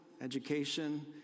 education